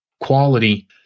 quality